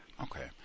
Okay